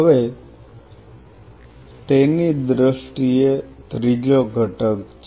હવે તેની દ્રષ્ટિએ ત્રીજો ઘટક છે